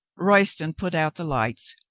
royston put out the lights,